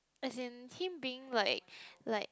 as in him being like like